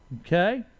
okay